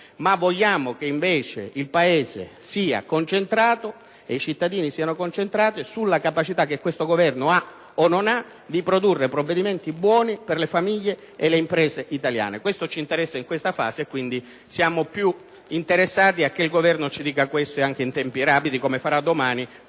ma vogliamo che il Paese e i cittadini siano concentrati sulla capacità che questo Governo ha o non ha di produrre provvedimenti buoni per le famiglie e le imprese italiane. Questo ci interessa in questa fase. Siamo più interessati a che il Governo ci riferisca in merito e anche in tempi rapidi, come accadrà domani